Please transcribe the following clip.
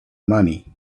money